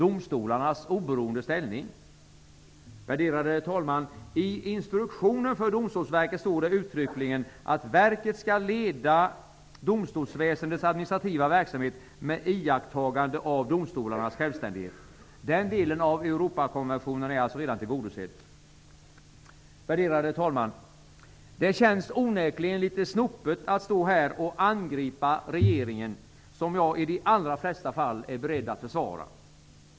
Domstolarnas oberoende ställning? I instruktionen för Domstolsverket står det uttryckligen att verket skall leda domstolsväsendets administrativa verksamhet med iakttagande av domstolarnas självständighet. Den delen av Europakonventionen är alltså redan tillgodosedd. Värderade talman! Det känns onekligen lite snopet att stå här och angripa regeringen, som jag i de allra flesta fall är beredd att försvara.